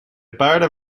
paarden